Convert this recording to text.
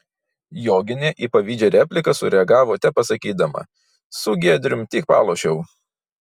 joginė į pavydžią repliką sureagavo tepasakydama su giedrium tik palošiau